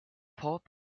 pop